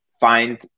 find